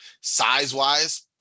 size-wise